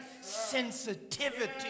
sensitivity